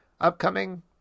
Upcoming